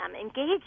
engage